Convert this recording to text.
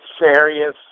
serious